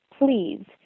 please